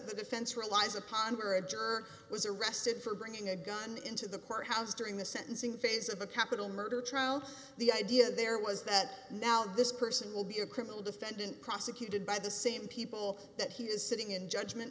the defense relies upon for a jerk was arrested for bringing a gun into the courthouse during the sentencing phase of a capital murder trial the idea there was that now this person will be a criminal defendant prosecuted by the same people that he is sitting in judgment